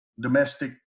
domestic